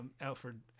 Alfred